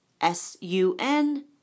S-U-N